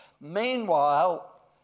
Meanwhile